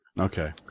Okay